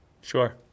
sure